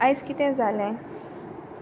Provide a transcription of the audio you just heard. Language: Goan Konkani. आयज कितें जालें